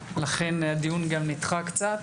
לכן הדיון נדחה קצת,